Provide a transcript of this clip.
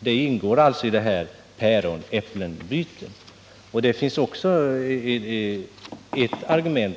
Detta ingår alltså i det här päron-äpple-bytet. Och detta är också ett argument.